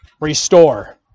restore